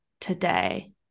today